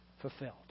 fulfilled